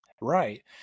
Right